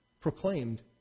proclaimed